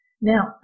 now